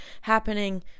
happening